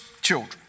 children